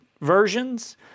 versions